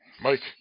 Mike